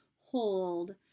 hold